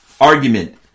argument